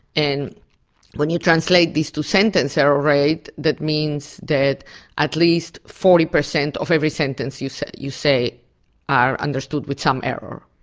and when you translate this to sentence error rate, that means that at least forty percent of every sentence you say you say are understood with some error.